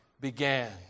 began